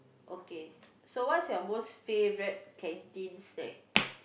okay so what's your most favourite canteen snack